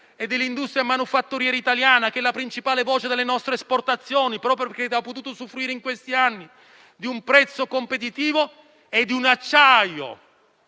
automobilistica e manifatturiera italiana, che è la principale voce delle nostre esportazioni proprio perché ha potuto usufruire in questi anni di un prezzo competitivo e di un acciaio